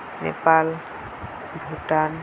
Nepal Bhutan